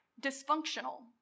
dysfunctional